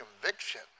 conviction